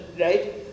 right